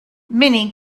many